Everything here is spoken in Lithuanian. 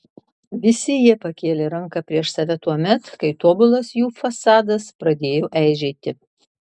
visi jie pakėlė ranką prieš save tuomet kai tobulas jų fasadas pradėjo eižėti